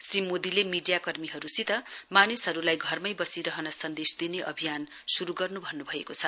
श्री मोदीले मीडिया कर्मीहरूसित मानिसहरूलाई घरमै बसि रहन सन्देश दिने अभियान शुरु गर्न भन्नभएको छ